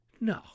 no